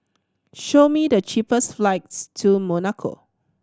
show me the cheapest flights to Monaco